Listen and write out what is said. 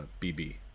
BB